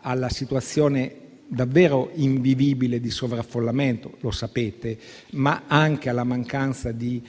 alla situazione davvero invivibile del sovraffollamento - lo sapete - ma anche alla mancanza di